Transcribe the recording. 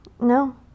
No